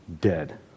dead